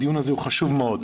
הדיון הזה הוא חשוב מאוד.